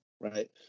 right